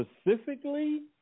specifically